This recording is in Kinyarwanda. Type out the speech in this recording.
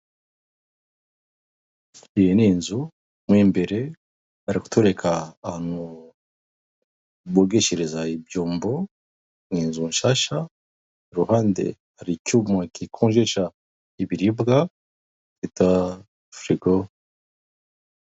Iyi ni inzu mo imbere ari kutwereka ahantu bogeshereza ibyombo, ni inzu nshasha, iruhande hari icyuma kikonjesha ibiribwa bita firigo.